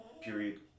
period